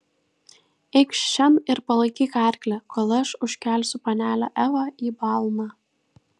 eikš šen ir palaikyk arklį kol aš užkelsiu panelę evą į balną